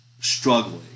struggling